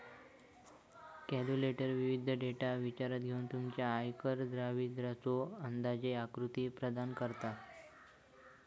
calculator विविध data विचारात घेऊन तुमच्या आयकर दायित्वाचो अंदाजे आकृती प्रदान करता